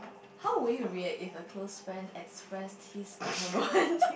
how would you react if a close friend express his or her romantic